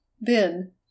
Then